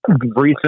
recently